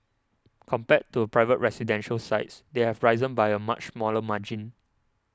compared to a private residential sites they have risen by a much smaller margin